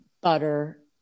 butter